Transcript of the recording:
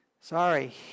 sorry